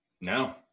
No